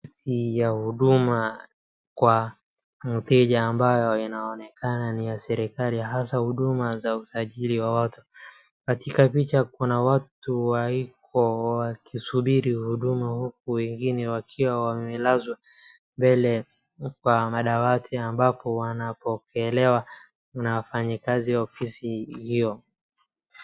Ofisi ya huduma kwa mtejavambayo inaonekana ni ya serikali, hasa huduma za usajili wa watu. Katika picha kuna watu wa ivyo wakisubiri huduma huku wengine wakiwa wamelezwa mbele kwa madawati ambapo wanapokelewa na wafanyikazi wa ofisi hiyo.